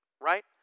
right